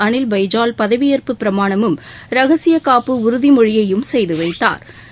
அனில் பைஜால் பதவியேற்பு பிரமாணமும் ரகசியகாப்பு உறுதிமொழியையும் செய்து வைத்தாா்